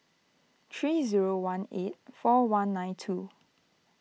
three zero one eight four one nine two